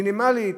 מינימלית,